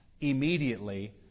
immediately